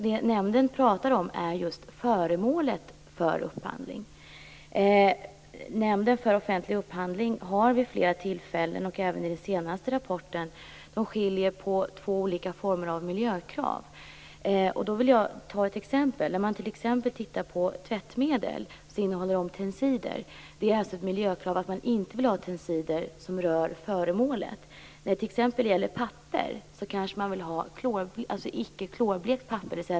Det nämnden pratar om är just föremålet för upphandlingen. Vid flera tillfällen och även i den senaste rapporten skiljer Nämnden för offentlig upphandling på två olika former av miljökrav. Jag vill ta ett exempel. Tvättmedel innehåller tensider. Det är ett miljökrav att man inte vill ha tensider vad gäller föremålet. När det gäller papper kanske man vill ha icke klorblekt papper.